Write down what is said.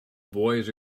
boys